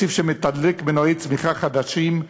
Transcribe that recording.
תקציב שמתדלק מנועי צמיחה חדשים,